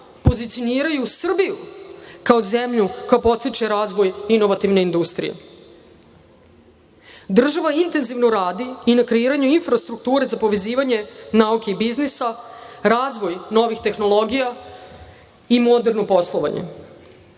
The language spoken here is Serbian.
pozicioniraju Srbiju kao zemlju koja podstiče razvoj inovativne industrije. Država intenzivno radi i na kreiranju infrastrukture za povezivanje nauke i biznisa, razvoj novih tehnologija i moderno poslovanje.